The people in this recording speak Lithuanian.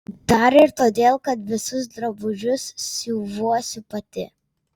dar ir todėl kad visus drabužius siuvuosi pati